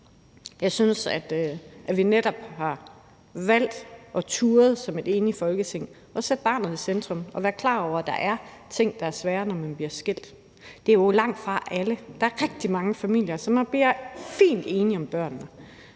Jeg synes, at vi netop har valgt det, altså som et enigt Folketing har turdet sætte barnet i centrum og været klar over, at der er ting, der er svære, når man bliver skilt. Det er jo langtfra alle. Der er rigtig mange familier, som bliver fint enige om børnene.